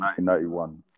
1991